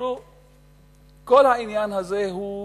כל העניין הזה הוא